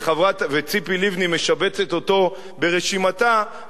וציפי לבני משבצת אותו ברשימתה,